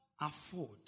afford